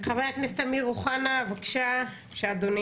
חבר הכנסת אמיר אוחנה, בבקשה אדוני.